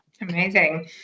Amazing